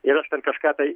ir aš per kažką tai